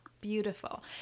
Beautiful